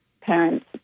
parents